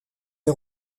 est